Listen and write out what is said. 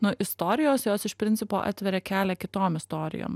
nu istorijos jos iš principo atveria kelią kitom istorijom